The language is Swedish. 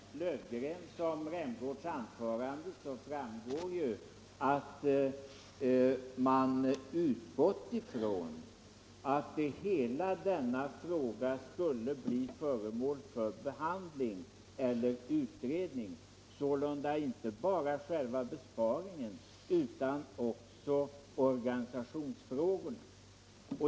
Herr talman! Såväl av herr Löfgrens som av herr Rämgårds anförande framgick att man utgått ifrån att hela denna fråga skulle bli föremål för behandling eller utredning, sålunda inte bara själva besparingsarbetet utan också organisationsfrågorna.